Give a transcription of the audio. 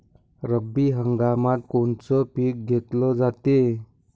रब्बी हंगामात कोनचं पिक घेतलं जाते?